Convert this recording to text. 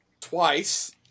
twice